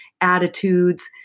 attitudes